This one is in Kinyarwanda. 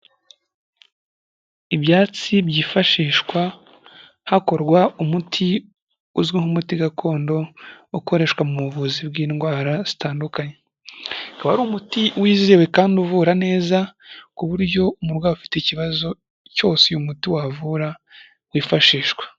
Ibyatsi byifashishwa hakorwa umuti uzwi nk'umuti gakondo, ukoreshwa mu buvuzi bw'indwara zitandukanye, ukaba ari umuti wizewe kandi uvura neza ku buryo umurwayi ufite ikibazo cyose uyu muti wavura, wifashishwa.